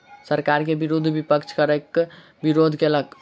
सरकार के विरुद्ध विपक्ष करक विरोध केलक